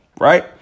right